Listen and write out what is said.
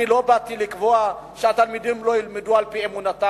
אני לא באתי לקבוע שהתלמידים לא ילמדו על-פי אמונתם.